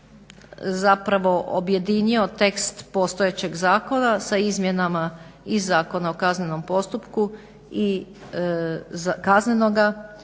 zapravo objedinio tekst postojećeg zakona sa izmjenama i Zakona o kaznenom postupku i Kaznenoga